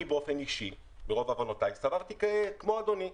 אני באופן אישי ברוב עוונותיי סברתי כמו אדוני,